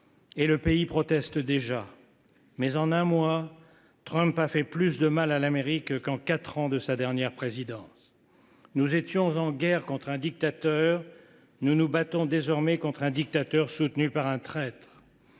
le pays proteste déjà. Mais, en un mois, Trump a fait plus de mal à l’Amérique qu’il n’en a fait en quatre ans lors de sa précédente présidence. Nous étions en guerre contre un dictateur ; nous nous battons désormais contre un dictateur soutenu par un traître.